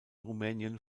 rumänien